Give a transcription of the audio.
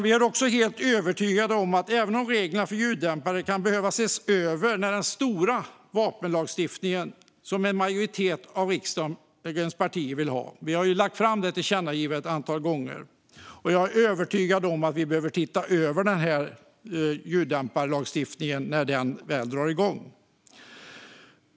Vi är också helt övertygade om att reglerna för ljuddämpare kan behöva ses över i den stora vapenlagstiftning som en majoritet av riksdagens partier vill ha. Vi har lagt fram tillkännagivanden om detta ett antal gånger. Jag är övertygad om att vi behöver se över ljuddämparlagstiftningen när den väl drar igång.